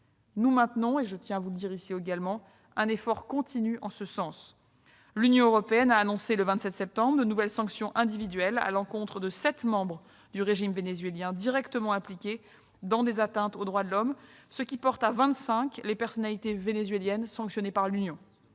des fonds : je tiens à le dire ici, nous maintenons un effort continu en ce sens. L'Union européenne a annoncé, le 27 septembre, de nouvelles sanctions individuelles à l'encontre de 7 membres du régime vénézuélien directement impliqués dans des atteintes aux droits de l'homme, ce qui porte à 25 les personnalités vénézuéliennes sanctionnées par l'Union.